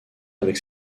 avec